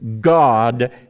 God